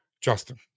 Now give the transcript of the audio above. Justin